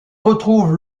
retrouve